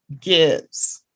gives